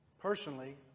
Personally